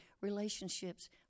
relationships